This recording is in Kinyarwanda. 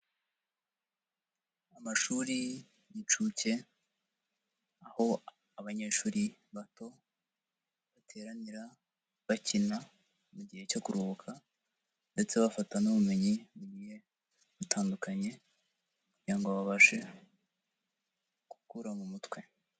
Amashuri y'incuke, aho abanyeshuri bato bateranira bakina mu gihe cyo kuruhuka, ndetse bafata n'ubumenyi butandukanye, kugira ngo babashe gukura mu mutwe.